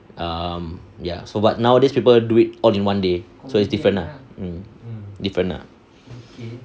um ya so but nowadays people do it all in one day so it's different ah mm different ah